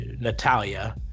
Natalia